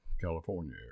California